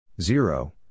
Zero